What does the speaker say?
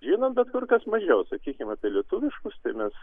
žinom bet kur kas mažiau sakykim apie lietuviškus tai mes